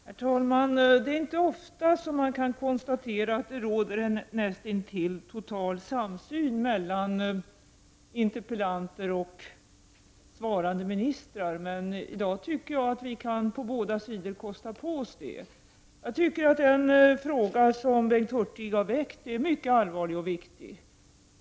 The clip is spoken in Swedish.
Herr talman! Det är inte ofta som man kan konstatera att det råder en näst intill total samsyn mellan interpellanter och svarande ministrar. I dag tycker jag att vi kan på båda sidor kosta på oss det konstaterandet. Den fråga som Bengt Hurtig har väckt är mycket allvarlig och viktig.